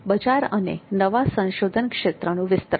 બજાર અને નવા સંશોધન ક્ષેત્રનું વિસ્તરણ